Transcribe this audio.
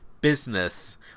Business